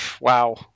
Wow